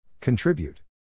Contribute